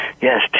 Yes